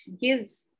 gives